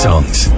Songs